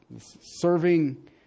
serving